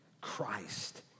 Christ